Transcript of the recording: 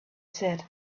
said